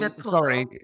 Sorry